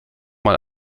mal